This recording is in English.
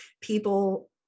people